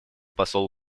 посол